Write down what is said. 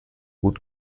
gut